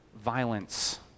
violence